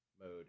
mode